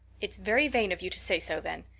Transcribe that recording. it's very vain of you to say so then.